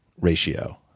ratio